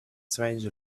strange